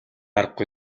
аргагүй